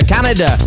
Canada